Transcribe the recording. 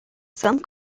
some